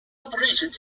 operations